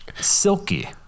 Silky